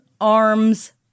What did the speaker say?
arms